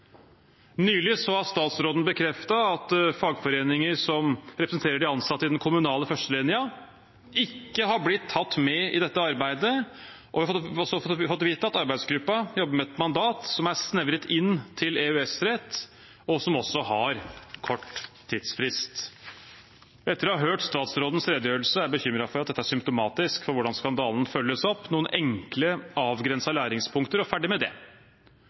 Nylig har statsråden bekreftet at fagforeninger som representerer de ansatte i den kommunale førstelinjen, ikke har blitt tatt med i dette arbeidet. Vi har også fått vite at arbeidsgruppen jobber med et mandat som er snevret inn til EØS-rett, og som også har kort tidsfrist. Etter å ha hørt statsrådens redegjørelse er jeg bekymret for at dette er symptomatisk for hvordan skandalen følges opp: noen enkle avgrensede læringspunkter og ferdig med det.